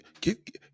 get